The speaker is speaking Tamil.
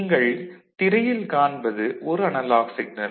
நீங்கள் திரையில் காண்பது ஓர் அனலாக் சிக்னல்